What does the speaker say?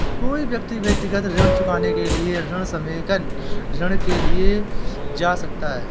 कोई व्यक्ति व्यक्तिगत ऋण चुकाने के लिए ऋण समेकन ऋण के लिए जा सकता है